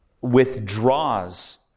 withdraws